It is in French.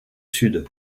sud